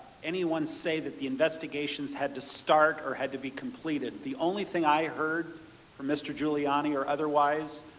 anyone say that the investigations had to start or had to be completed, the only thing i heard from mister giuliani or otherwise,